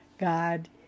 God